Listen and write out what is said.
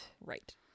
right